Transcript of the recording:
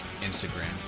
Instagram